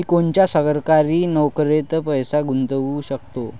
मी कोनच्या सरकारी योजनेत पैसा गुतवू शकतो?